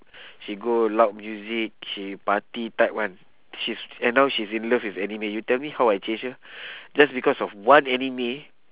she go loud music she party type [one] she's and now she's in love with anime you tell me how I change her just because of one anime